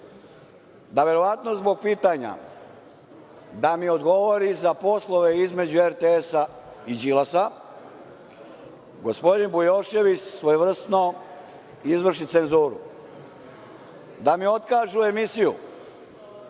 da, verovatno zbog pitanja da mi odgovori za poslove između RTS-a i Đilasa, gospodin Bujošević svojevrsno izvrši cenzuru, da mi otkažu emisiju